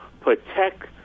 protect